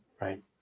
Right